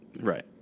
Right